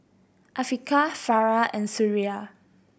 Afiqah Farah and Suria